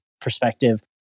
perspective